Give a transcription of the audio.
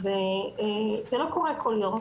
אז זה לא קורה כל יום,